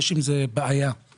יש עם זה בעיה משפטית.